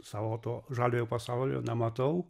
savo to žaliojo pasaulio nematau